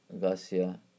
Garcia